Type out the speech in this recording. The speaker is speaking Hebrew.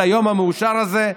ליום המאושר הזה,